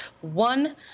one